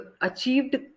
achieved